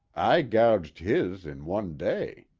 i gouged his in one day.